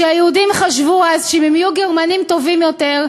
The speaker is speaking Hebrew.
היהודים חשבו אז שאם הם יהיו גרמנים טובים יותר,